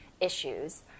issues